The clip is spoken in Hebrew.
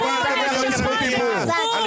זה כפול, נשמה, זה כפול.